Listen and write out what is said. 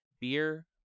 Beer